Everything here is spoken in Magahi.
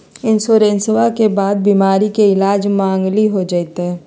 इंसोरेंसबा के बाद बीमारी के ईलाज मांगनी हो जयते?